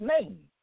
name